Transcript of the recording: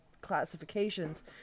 classifications